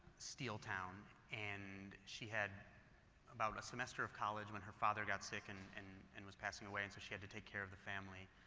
steel town and she had about a semester of college when will her father got sick and and and was passing away and so she had to take care of the family.